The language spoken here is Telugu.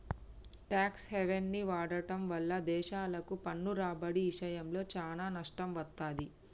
ట్యేక్స్ హెవెన్ని వాడటం వల్ల దేశాలకు పన్ను రాబడి ఇషయంలో చానా నష్టం వత్తది